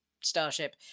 Starship